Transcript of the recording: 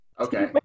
okay